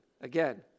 Again